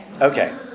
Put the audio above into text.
Okay